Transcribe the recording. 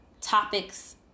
topics